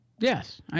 Yes